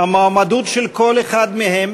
המועמדות של כל אחד מהם